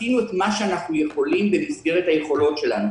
"עשינו את מה שאנחנו יכולים במסגרת היכולות שלנו".